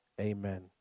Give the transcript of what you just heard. amen